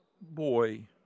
boy